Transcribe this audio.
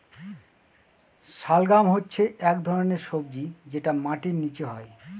শালগাম হচ্ছে এক ধরনের সবজি যেটা মাটির নীচে হয়